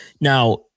Now